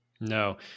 no